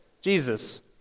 Jesus